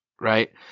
right